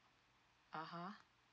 (uh huh)